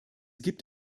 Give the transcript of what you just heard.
gibt